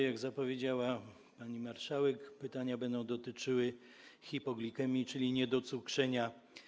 Jak zapowiedziała pani marszałek, pytania będą dotyczyły hipoglikemii, czyli niedocukrzenia.